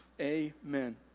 Amen